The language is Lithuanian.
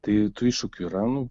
tai tų iššūkių yra nu